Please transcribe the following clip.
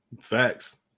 Facts